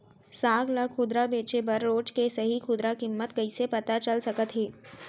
साग ला खुदरा बेचे बर रोज के सही खुदरा किम्मत कइसे पता चल सकत हे?